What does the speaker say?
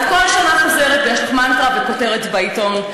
את כל שנה חוזרת ויש לך מנטרה וכותרת בעיתון.